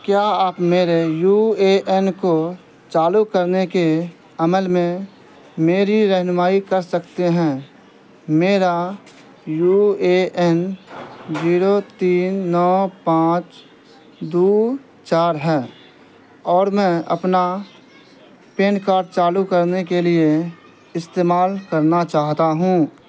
کیا آپ میرے یو اے این کو چالو کرنے کے عمل میں میری رہنمائی کر سکتے ہیں میرا یو اے این زیرو تین نو پانچ دو چار ہے اور میں اپنا پین کاڈ چالو کرنے کے لیے استعمال کرنا چاہتا ہوں